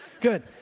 Good